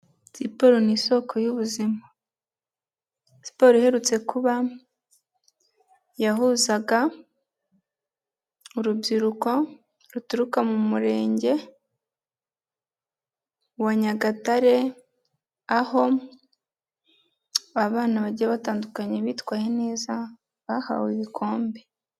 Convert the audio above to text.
Siporo ni isoko y'ubuzima, siporro iherutse kuba yahuzaga urubyiruko ruturuka mu Murenge wa Nyagatare aho abana bagiye batandukanye bitwaye neza bahawe ibikombe.